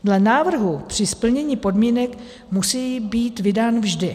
Dle návrhu při splnění podmínek musí být vydán vždy.